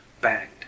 banged